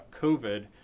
COVID